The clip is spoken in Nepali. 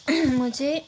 म चाहिँ